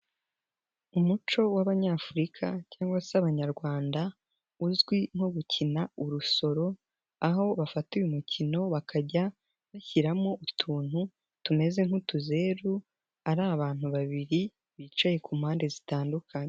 Umuco w'Abanyafurika cyangwa se Abanyarwanda uzwi nko gukina urusoro, aho bafata uyu mukino bakajya bashyiramo utuntu tumeze nk'utuzeru ari abantu babiri bicaye ku mpande zitandukanye.